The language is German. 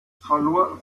verlor